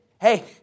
hey